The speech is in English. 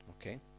Okay